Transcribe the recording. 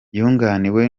yunganiwe